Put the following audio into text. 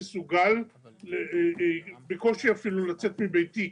בקושי מסוגל לצאת מביתי,